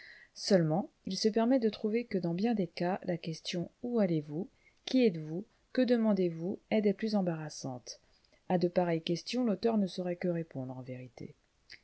seulement il se permet de trouver que dans bien des cas la question où allez-vous qui êtes-vous que demandez-vous est des plus embarrassantes à de pareilles questions l'auteur ne saurait que répondre en vérité